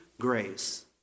grace